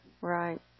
right